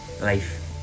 life